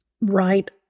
right